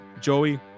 Joey